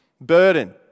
Burden